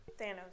Thanos